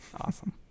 awesome